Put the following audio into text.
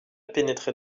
pénétré